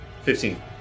Fifteen